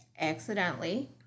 accidentally